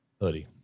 Hoodie